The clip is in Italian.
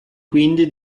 quindi